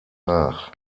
nach